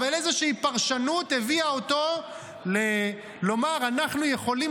איזה פרשנות הביאה אותו לומר: אנחנו יכולים